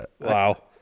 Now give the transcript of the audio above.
Wow